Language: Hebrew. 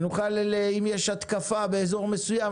שאם יש התקפה במקום מסוים,